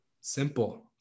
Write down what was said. Simple